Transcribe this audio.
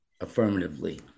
affirmatively